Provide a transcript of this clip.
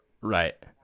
right